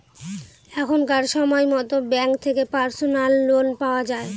এখনকার সময়তো ব্যাঙ্ক থেকে পার্সোনাল লোন পাওয়া যায়